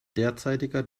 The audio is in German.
derzeitiger